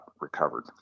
recovered